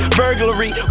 burglary